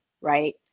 Right